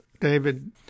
David